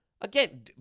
again